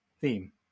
theme